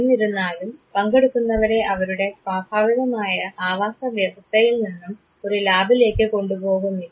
എന്നിരുന്നാലും പങ്കെടുക്കുന്നവരെ അവരുടെ സ്വാഭാവികമായ ആവാസവ്യവസ്ഥയിൽ നിന്നും ഒരു ലാബിലേക്ക് കൊണ്ടുപോകുന്നില്ല